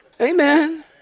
Amen